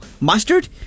Mustard